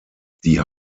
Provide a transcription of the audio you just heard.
die